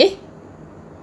eh